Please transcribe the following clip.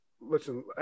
Listen